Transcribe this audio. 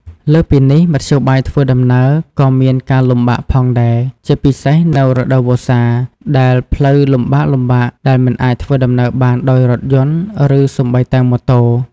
លើសពីនេះ មធ្យោបាយធ្វើដំណើរ ក៏មានការលំបាកផងដែរ ជាពិសេសនៅរដូវវស្សា ដែលផ្លូវលំបាកៗដែលមិនអាចធ្វើដំណើរបានដោយរថយន្ត ឬសូម្បីតែម៉ូតូ។